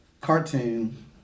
Cartoon